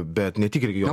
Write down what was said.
bet ne tik regio